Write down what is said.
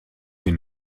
sie